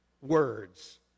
words